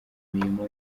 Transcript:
mirimo